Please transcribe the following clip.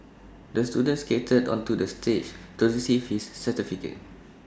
the student skated onto the stage to receive his certificate